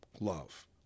love